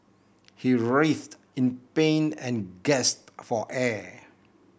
he writhed in pain and gasped for air